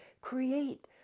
create